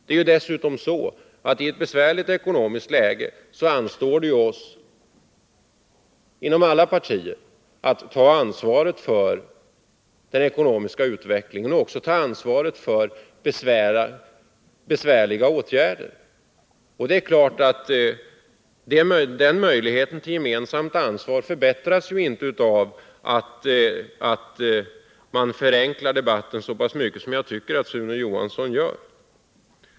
I ett besvärligt ekonomiskt läge anstår det dessutom oss inom alla partier att ta ansvar för den ekonomiska utvecklingen och också för besvärliga åtgärder. Den möjligheten till gemensamt ansvar förbättras ju inte genom att man förenklar debatten så pass mycket som jag tycker att Sune Johansson gör.